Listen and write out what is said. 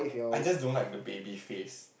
I just don't like the baby phase